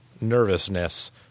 nervousness